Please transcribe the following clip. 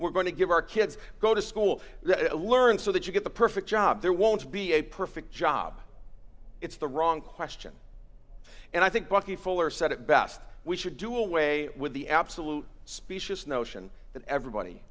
we're going to give our kids go to school to learn so that you get the perfect job there won't be a perfect job it's the wrong question and i think bucky fuller said it best we should do away with the absolute specious notion that everybody